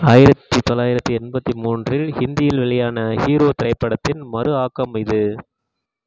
ஆயிரத்தி தொள்ளாயிரத்தி எண்பத்தி மூன்றில் ஹிந்தியில் வெளியான ஹீரோ திரைப்படத்தின் மறு ஆக்கம் இது